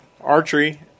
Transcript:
Archery